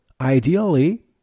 Ideally